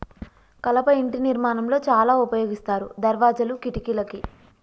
కలప ఇంటి నిర్మాణం లో చాల ఉపయోగిస్తారు దర్వాజాలు, కిటికలకి